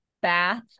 bath